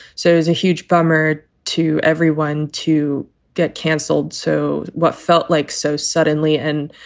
so it's a huge bummer to everyone to get cancelled. so what felt like so suddenly and,